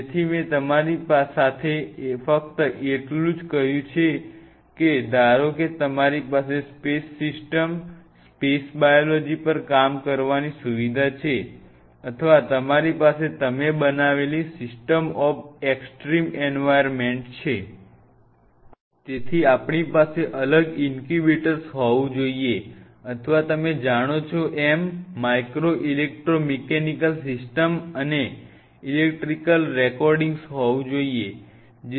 તેથી મેં તમારી સાથે ફક્ત એટલું જ કહ્યું છે કે ધારો કે તમારી પાસે સ્પેસ સિસ્ટમ્સ સ્પેસ બાયોલોજી પર કામ કરવાની સુવિધા છે અથવા તમારી પાસે તમે બનાવેલી system of extreme environment છે તેથી આપ ણી પાસે અલગ ઇન્ક્યુબેટર્સ હોવું જોઈએ અથવા તમે જાણો છો એમ માઇક્રો ઇલેક્ટ્રો મિકેનિકલ સિસ્ટમ્સ અને ઇલેક્ટ્રિકલ રેકોર્ડિંગ્સ હોવું જોઈએ